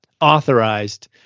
authorized